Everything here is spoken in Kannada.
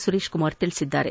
ಸುರೇಶ್ ಕುಮಾರ್ ತಿಳಿಸಿದ್ದಾರೆ